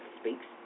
Speaks